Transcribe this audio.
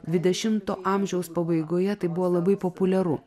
dvidešimto amžiaus pabaigoje tai buvo labai populiaru